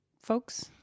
Folks